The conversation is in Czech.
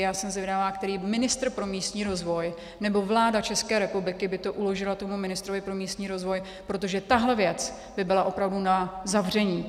Já jsem zvědavá, který ministr pro místní rozvoj, nebo vláda České republiky by to uložila tomu ministrovi pro místní rozvoj, protože tahle věc by byla opravdu na zavření.